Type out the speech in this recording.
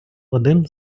один